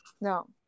no